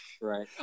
Right